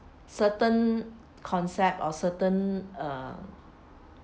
certain concept or certain uh